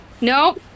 No